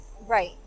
Right